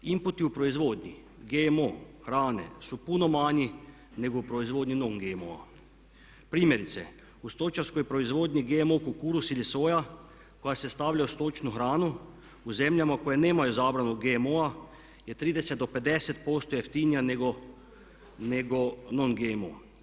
Inputi u proizvodnji GMO hrane su puno manji nego u proizvodnji … primjerice, u stočarskoj proizvodnji GMO kukuruz ili soja koja se stavlja u stočnu hranu u zemljama koje nemaju zabranu GMO-a je 30-50% jeftinija nego non GMO.